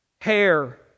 hair